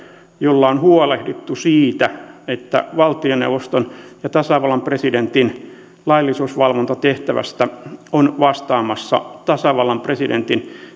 jolla on huolehdittu siitä että valtioneuvoston ja tasavallan presidentin laillisuusvalvontatehtävästä on vastaamassa tasavallan presidentin